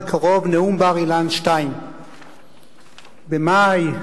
בקרוב נאום בר-אילן 2. במאי,